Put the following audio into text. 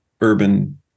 urban